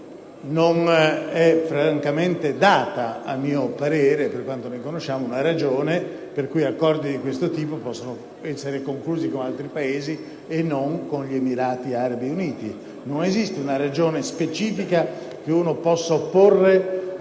non è francamente data, a mio parere, una ragione per cui accordi di questo tipo possano essere conclusi con altri Paesi e non con gli Emirati Arabi Uniti. Non esiste una ragione specifica che si possa opporre: